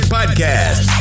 Podcast